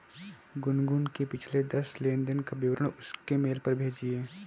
गुनगुन के पिछले दस लेनदेन का विवरण उसके मेल पर भेजिये